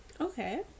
Okay